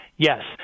Yes